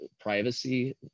privacy